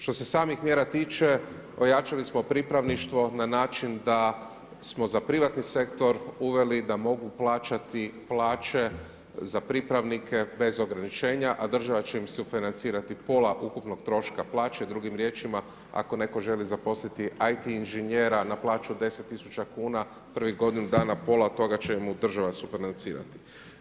Što se samih mjera tiče, ojačali smo pripravništvo na način da smo za privatni sektor uveli da mogu plaćati plaće za pripravnike bez ograničenja, a država će im sufinancirati pola ukupnog troška plaće, drugim riječima ako netko želi zaposliti IT inžinjera na plaću od 10 000 kn, prvih godinu dana pola od toga će mu država sufinancirati.